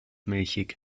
milchig